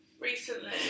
recently